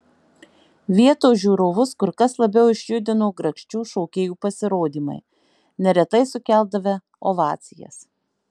vietos žiūrovus kur kas labiau išjudino grakščių šokėjų pasirodymai neretai sukeldavę ovacijas